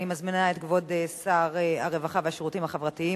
אני מזמינה את כבוד שר הרווחה והשירותים החברתיים,